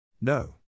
No